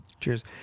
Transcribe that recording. Cheers